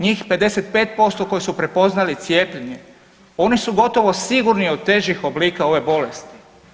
Njih 55% koji su prepoznali cijepljenje, oni su gotovo sigurni od težih oblika ove bolesti.